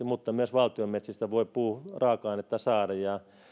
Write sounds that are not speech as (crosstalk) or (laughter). (unintelligible) mutta myös valtion metsistä voi puuraaka ainetta saada